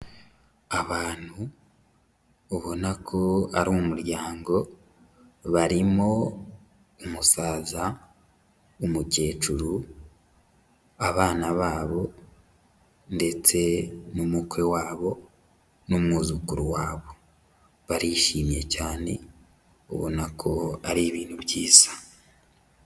Abantu ubona ko ari umuryango, barimo umusaza, umukecuru, abana babo ndetse n'umukwe wabo n'umwuzukuru wabo. Barishimye cyane ubona ko ari ibintu byiza.